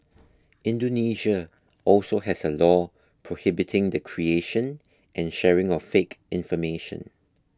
Indonesia also has a law prohibiting the creation and sharing of fake information